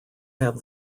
have